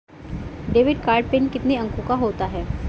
Debit card PIN कितने अंकों का होता है?